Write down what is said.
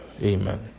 Amen